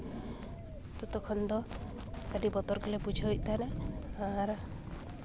ᱛᱚᱛᱚ ᱠᱷᱚᱱ ᱫᱚ ᱟᱹᱰᱤ ᱵᱚᱛᱚᱨ ᱜᱮᱞᱮ ᱵᱩᱡᱷᱟᱹᱣᱮᱜ ᱛᱟᱦᱮᱱᱟ ᱟᱨ